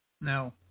No